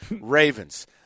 Ravens